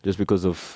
just because of